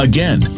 Again